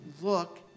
look